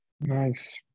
Nice